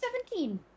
Seventeen